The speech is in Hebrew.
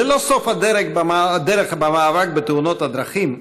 זה לא סוף הדרך במאבק בתאונות הדרכים,